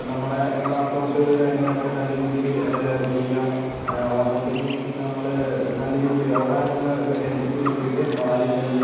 നമ്മുടെ വർക്ക് ഔട്ട്കള് കാര്യങ്ങളൊക്കെ നല്ല രീതീയിൽ ചെയ്യാൻ വർക്ക് ഔട്ട് മീൻസ് നമ്മൾ നല്ല രീതിയിൽ ഓടാനുള്ള ഒരു ഹെൽത്തിക്ക് വേണ്ടീട്ട് കാല് കയ്യ്